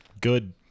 good